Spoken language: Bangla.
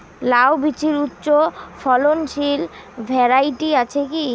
লাউ বীজের উচ্চ ফলনশীল ভ্যারাইটি আছে কী?